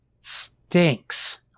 stinks